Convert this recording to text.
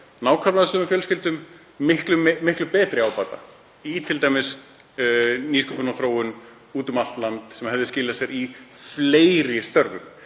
nákvæmlega sömu fjölskyldum miklu meiri ábata, t.d. í nýsköpun og þróun út um allt land sem hefði skilað sér í fleiri störfum.